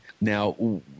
Now